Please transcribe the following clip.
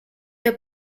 der